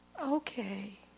Okay